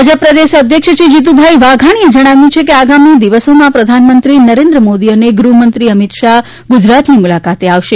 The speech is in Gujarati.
ભાજપ પ્રદેશ અધ્યક્ષ શ્રી જીતુભાઈ વાઘાણીએ જણાવ્યું છે કે આગામી દિવસોમાં પ્રધાનમંત્રી નરેન્દ્ર મોદી અને ગૃહમંત્રી અમિત શાહ ગુજરાતની મુલાકાતે આવશે